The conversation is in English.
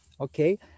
Okay